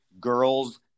girls